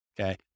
okay